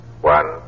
one